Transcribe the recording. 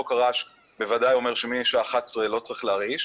חוק הרעש בוודאי אומר שמהשעה 23:00 לא צריך להרעיש,